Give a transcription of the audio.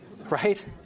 right